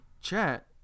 chat